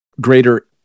greater